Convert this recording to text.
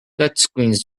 touchscreens